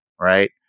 Right